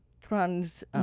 trans